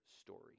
story